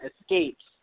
escapes